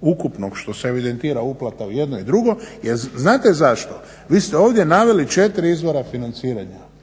ukupnog što se evidentira uplata u jedno i drugo je znate zašto? Vi ste ovdje naveli 4 izvora financiranja,